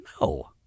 No